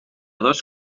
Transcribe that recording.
dos